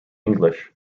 english